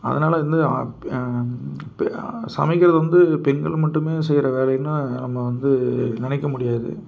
அதனால வந்து இப் சமைக்கிறது வந்து பெண்கள் மட்டுமே செய்கிற வேலையின்னா நம்ம வந்து நினைக்க முடியாது